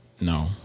No